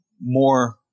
more